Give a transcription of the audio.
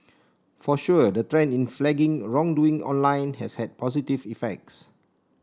for sure the trend in flagging wrongdoing online has had positive effects